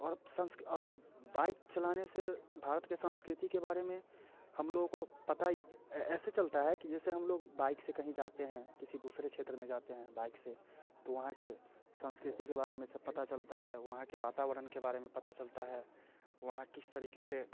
और संस्क और बाइक चलाने से भारत के संस्कृति के बारे में हम लोगों को पता ऐसे चलता है कि जैसे हम लोग बाइक से कहीं जाते हैं किसी दूसरे क्षेत्र में जाते हैं बाइक से तो वहाँ के संस्कृति के बारे में सब पता चलता है वहाँ के वातावरण के बारे में पता चलता है वहाँ किस तरीक़े से